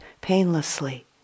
painlessly